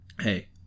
Hey